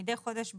מידי חודש בחודשו,